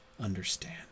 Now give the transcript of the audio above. understand